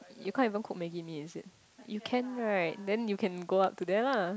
you can't even cook maggie-mee is it you can right then you can go up to there lah